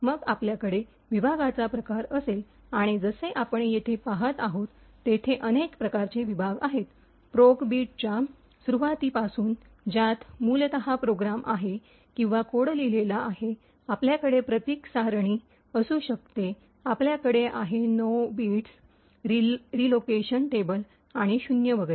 मग आपल्याकडे विभागाचा प्रकार असेल आणि जसे आपण येथे पाहत आहोत तेथे अनेक प्रकारचे विभाग आहेत प्रोगबीटच्या सुरवाती पासून ज्यात मूलतः प्रोग्राम आहे किंवा कोड लिहिलेला आहे आपल्याकडे प्रतीक सारणी असू शकते आपल्याकडे आहे NOBITS रीलोकेशन टेबल आरईएल आणि शून्य वगैरे